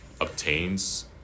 obtains